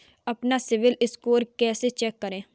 अपना CIBIL score कैसे check करें?